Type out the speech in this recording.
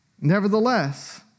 Nevertheless